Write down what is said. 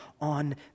on